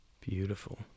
Beautiful